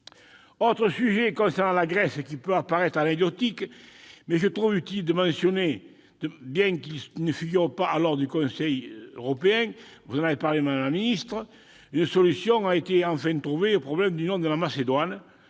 Autre sujet concernant la Grèce, qui peut paraître anecdotique, mais que je trouve utile de mentionner, bien qu'il ne figure pas à l'ordre du jour du Conseil, vous en avez parlé, madame la ministre, une solution a enfin été trouvée au problème du nom de la Macédoine.